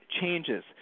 changes